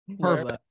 Perfect